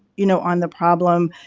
you know, on the problem.